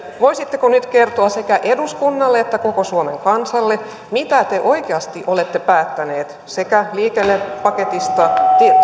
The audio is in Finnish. voisitteko nyt kertoa sekä eduskunnalle että koko suomen kansalle mitä te oikeasti olette päättäneet sekä liikennepaketista